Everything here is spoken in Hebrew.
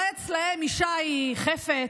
אולי אצלם אישה היא חפץ,